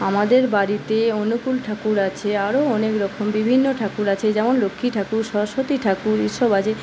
আমাদের বাড়িতে অনুকূল ঠাকুর আছে আরও অনেকরকম বিভিন্ন ঠাকুর আছে যেমন লক্ষ্মী ঠাকুর সরস্বতী ঠাকুর এই সব আছে